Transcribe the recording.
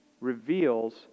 reveals